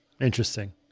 Interesting